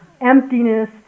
emptiness